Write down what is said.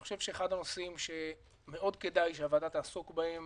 אני חושב שאחד הנושאים שחשוב שהוועדה תעסוק בהם